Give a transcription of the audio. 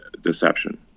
deception